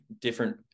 different